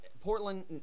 Portland